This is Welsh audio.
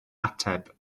ateb